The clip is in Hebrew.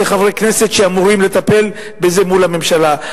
כחברי כנסת שאמורים לטפל בזה מול הממשלה.